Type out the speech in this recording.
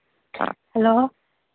hello